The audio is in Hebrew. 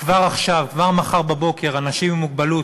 כבר עכשיו, כבר מחר בבוקר, אנשים עם מוגבלות,